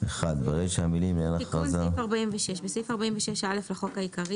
תיקון סעיף 4626.בסעיף 46(א) לחוק העיקרי